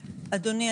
אדוני,